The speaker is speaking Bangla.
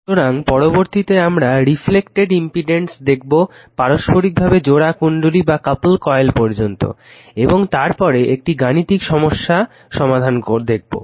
সুতরাং পরবর্তীতে আমরা রিফ্লেকটেড ইমপিডেন্স দেখবো পারস্পরিকভাবে জোড়া কুণ্ডলী পর্যন্ত এবং তার পরে একটি গাণিতিক সমস্যা দেখবো